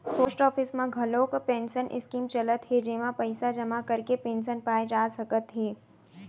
post office म घलोक pension scheme चलत हे जेमा पइसा जमा करके पेंसन पाए जा सकत हे